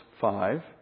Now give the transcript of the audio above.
five